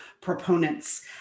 proponents